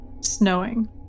snowing